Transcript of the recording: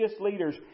leaders